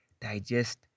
Digest